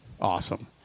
awesome